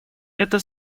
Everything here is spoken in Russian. это